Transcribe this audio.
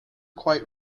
quite